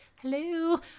hello